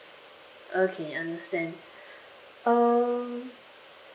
okay understand um